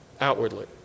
outwardly